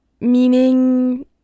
meaning